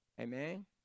Amen